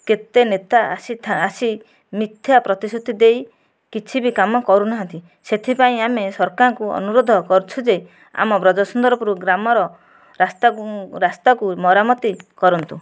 କେତେ ନେତା ଆସି ଆସି ମିଥ୍ୟା ପ୍ରତିଶୃତି ଦେଇ କିଛି ବି କାମ କରୁନାହାନ୍ତି ସେଥିପାଇଁ ଆମେ ସରକାରଙ୍କୁ ଅନୁରୋଧ କରୁଛୁ ଯେ ଆମ ବ୍ରଜସୁନ୍ଦରପୁର ଗ୍ରାମର ରାସ୍ତାକୁ ରାସ୍ତାକୁ ମରାମତି କରନ୍ତୁ